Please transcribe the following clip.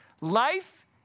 Life